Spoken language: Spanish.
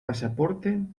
pasaporte